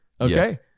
Okay